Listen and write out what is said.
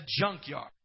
junkyard